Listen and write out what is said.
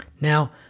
Now